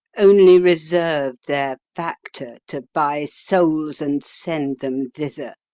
only reserv'd their factor to buy souls, and send them thither